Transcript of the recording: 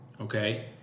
okay